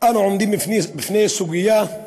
אנו עומדים בפני סוגיה שבה